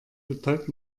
betäubt